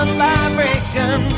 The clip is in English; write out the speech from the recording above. vibration